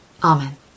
Amen